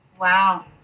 Wow